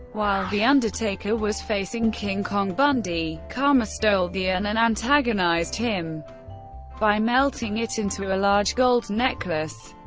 while the undertaker was facing king kong bundy, kama stole the urn and antagonized him by melting it into a large gold necklace.